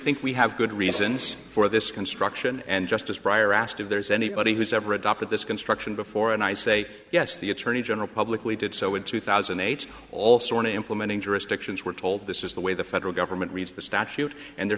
think we have good reasons for this construction and justice briar asked if there's anybody who's ever adopted this construction before and i say yes the attorney general publicly did so in two thousand and eight all sorts of implementing jurisdictions were told this is the way the federal government reads the statute and they're